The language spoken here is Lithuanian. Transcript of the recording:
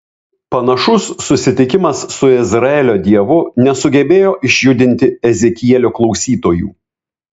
panašus susitikimas su izraelio dievu nesugebėjo išjudinti ezekielio klausytojų